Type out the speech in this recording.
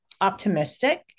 optimistic